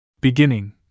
Beginning